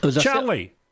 Charlie